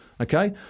okay